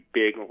big